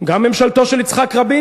גם בממשלתו של יצחק רבין,